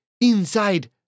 inside